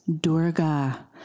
Durga